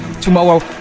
tomorrow